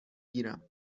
گیرم